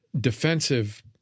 defensive